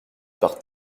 par